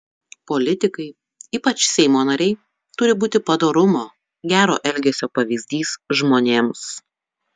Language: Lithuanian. politikai ypač seimo nariai turi būti padorumo gero elgesio pavyzdys žmonėms